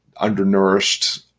undernourished